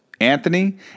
Anthony